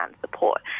support